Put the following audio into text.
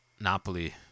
Napoli